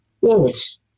Yes